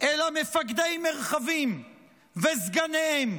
אלא מפקדי מרחבים וסגניהם.